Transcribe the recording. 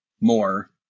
more